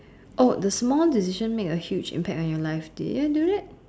oh the small decision make a huge impact on your life did we do that